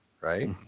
right